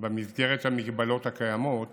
במסגרת ההגבלות הקיימות